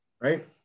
right